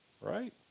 right